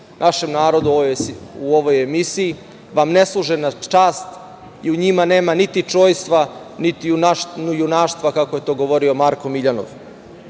našem narodu u ovoj emisiji vam ne služe na čast i u njima nema niti čojstva, niti junaštva kako je to govorio Marko Miljanov.